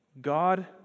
God